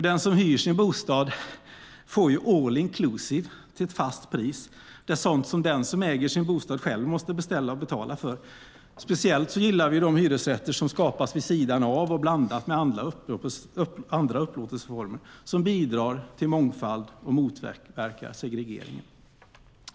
Den som hyr sin bostad får ju all inclusive till ett fast pris, sådant som den som äger sin bostad själv måste beställa och betala för. Speciellt gillar vi de hyresrätter som skapas vid sidan av och som blandas med andra upplåtelseformer, som bidrar till mångfald och motverkar segregering.